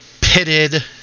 pitted